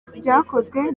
byakozwe